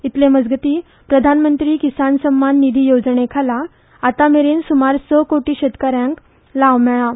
इतलें मजगतीं प्रधानमंत्री किसान सन्मान निधी येवजणे खाला आतां मेरेन सुमार स कोटी शेतकारांक लाव मेळ्ळा